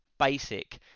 basic